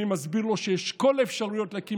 אני מסביר לו שיש את כל האפשרויות להקים